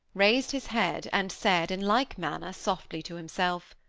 raised his head, and said, in like manner, softly to himself,